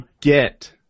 get